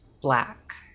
black